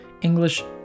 English